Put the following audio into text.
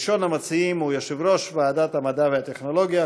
ראשון המציעים הוא יושב-ראש ועדת המדע והטכנולוגיה,